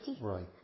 Right